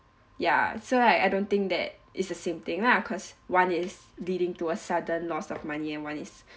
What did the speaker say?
ya so I I don't think that it's the same thing lah cause one is leading to a sudden loss of money and one is